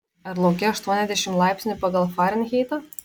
ar lauke aštuoniasdešimt laipsnių pagal farenheitą